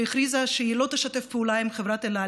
שהכריזה שהיא לא תשתף פעולה עם חברת אל על,